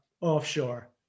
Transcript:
offshore